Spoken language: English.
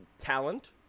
talent